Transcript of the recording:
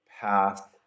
path